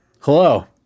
hello